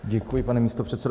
Děkuji, pane místopředsedo.